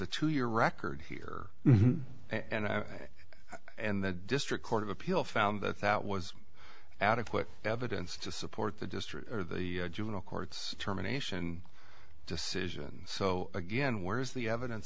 a two year record here and i and the district court of appeal found that that was adequate evidence to support the district or the juvenile courts terminations decision so again where is the evidence